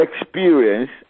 experience